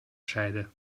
scheide